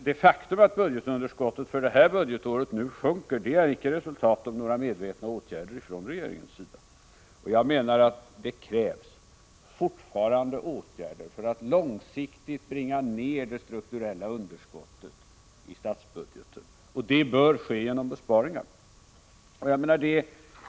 Det faktum att budgetunderskottet för det innevarande budgetåret nu sjunker är icke resultatet av några medvetna åtgärder från regeringens sida. Jag menar att det fortfarande krävs åtgärder för att långsiktigt bringa ned det strukturella underskottet i statsbudgeten och att det bör ske genom besparingar.